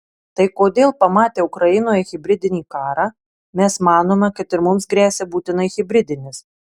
tai kodėl pamatę ukrainoje hibridinį karą mes manome kad ir mums gresia būtinai hibridinis